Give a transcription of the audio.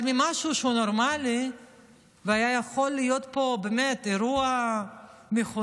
אבל ממשהו שהוא נורמלי והיה יכול להיות פה באמת אירוע מכונן,